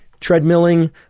treadmilling